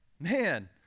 Man